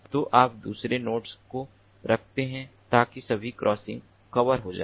तो आप दूसरे नोड्स को रखते हैं ताकि सभी क्रॉसिंग कवर हो जाएं